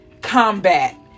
combat